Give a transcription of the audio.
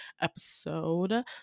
episode